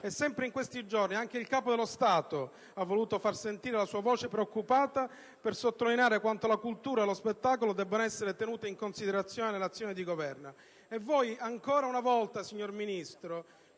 Sempre in questi giorni anche il Capo dello Stato ha voluto far sentire la sua voce preoccupata, per sottolineare quanto la cultura e lo spettacolo debbano essere tenuti in considerazione nell'azione di Governo. Ancora una volta, signor Ministro,